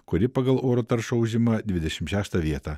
kuri pagal oro taršą užima dvidešim šeštą vietą